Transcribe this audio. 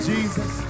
Jesus